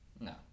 No